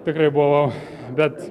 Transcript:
tikrai buvo bet